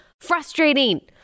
frustrating